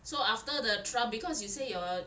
so after the trial because you say your